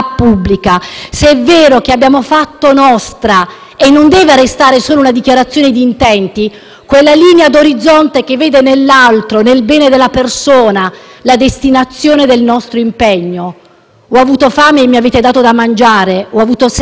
quella linea d'orizzonte che vede nell'altro e nel bene della persona la destinazione del nostro impegno: «Ho avuto fame e mi avete dato da mangiare, ho avuto sete e mi avete dato da bere; ero forestiero e mi avete ospitato, nudo e mi avete vestito».